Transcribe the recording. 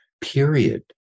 period